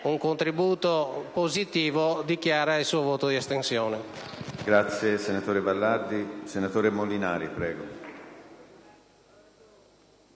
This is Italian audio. un contributo positivo, dichiara il suo voto di astensione.